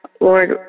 Lord